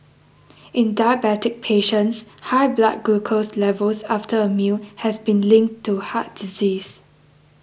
in diabetic patients high blood glucose levels after a meal has been linked to heart disease